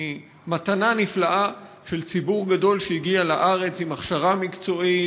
ממתנה נפלאה של ציבור גדול שהגיע לארץ עם הכשרה מקצועית,